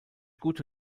gute